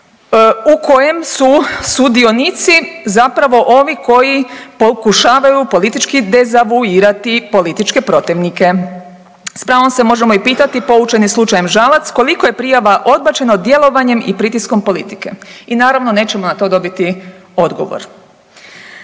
u kojem su sudionici zapravo ovi koji pokušavaju politički dezavuirati političke protivnike? S pravom se možemo i pitati poučeni slučajem Žalac koliko je prijava odbačeno djelovanjem i pritiskom politike i naravno nećemo na to dobiti odgovor.